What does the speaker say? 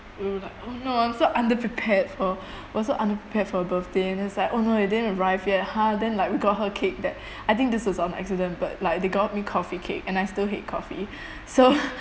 they were like oh no I'm so underprepared for was so underprepared for her birthday and it's like oh no it didn't arrive yet !huh! then like we got her cake that I think this was on accident but like they got me coffee cake and I still hate coffee so